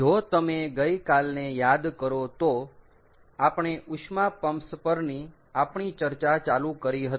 જો તમે ગઈકાલને યાદ કરો તો આપણે ઉષ્મા પમ્પ્સ પરની આપણી ચર્ચા ચાલુ કરી હતી